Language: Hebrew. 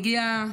הגיעה